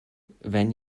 then